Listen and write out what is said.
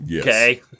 Okay